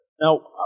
Now